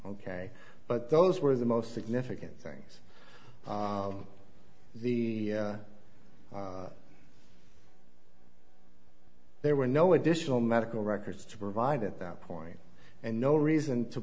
ok but those were the most significant things the there were no additional medical records to provide at that point and no reason to